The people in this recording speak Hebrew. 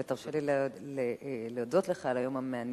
ותרשה לי להודות לך על היום המעניין,